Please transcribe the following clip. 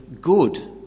good